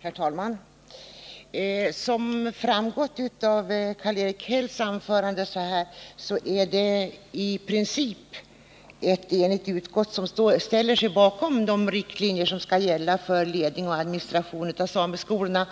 Herr talman! Som framgått av Karl-Erik Hälls anförande är det ett i princip enigt utskott som ställer sig bakom de riktlinjer som skall gälla för ledning och administration av sameskolorna.